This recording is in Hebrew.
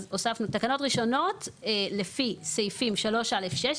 הוספנו "תקנות ראשונות לפי סעיפים 3(א)(6)",